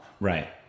right